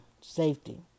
safety